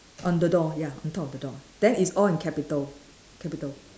on the door ya on top of the door then it's all in capital capital